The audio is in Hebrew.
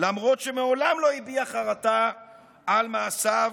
למרות שמעולם לא הביע חרטה על מעשיו,